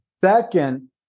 Second